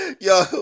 Yo